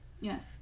Yes